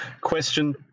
question